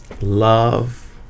love